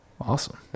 Awesome